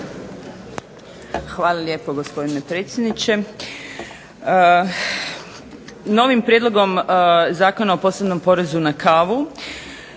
Hvala lijepo gospodine predsjedniče. Novim prijedlogom Zakona o posebnom porezu na kavu